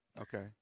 Okay